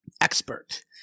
expert